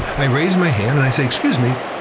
i raise my hand and i say, excuse me,